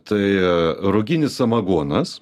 tai ruginis samagonas